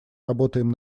работаем